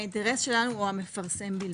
האינטרס שלנו הוא המפרסם בלבד.